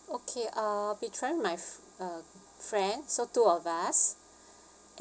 okay I'll be travelling my uh friend so two of us